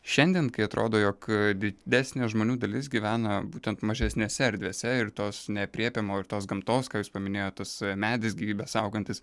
šiandien kai atrodo jog didesnė žmonių dalis gyvena būtent mažesnėse erdvėse ir tos neaprėpiamo ir tos gamtos ką jūs paminėt tas medis gyvybę saugantis